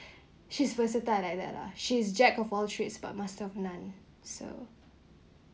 she's versatile like that lah she's jack of all trades but master of none so